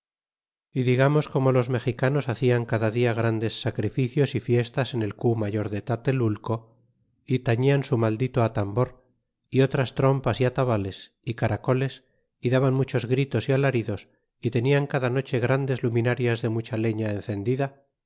y digamos como los mexicanos hacían cada dia grandes sacrificios y fiestas en el cu mayor de tatelulco y afilan su maldito atambor y otras trompas y atabales y caracoles y daban muchos gritos y alaridos y tenian cada noche grandes luminarias de mucha leña encendida